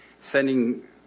sending